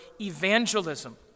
evangelism